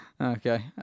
Okay